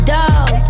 Dog